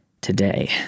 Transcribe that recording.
today